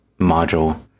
module